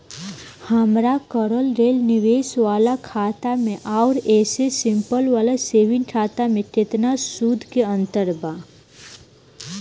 हमार करल गएल निवेश वाला खाता मे आउर ऐसे सिंपल वाला सेविंग खाता मे केतना सूद के अंतर बा?